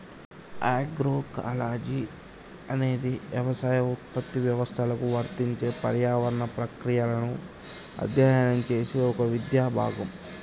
agroecology అనేది యవసాయ ఉత్పత్తి వ్యవస్థలకు వర్తించే పర్యావరణ ప్రక్రియలను అధ్యయనం చేసే ఒక విద్యా భాగం